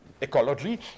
ecology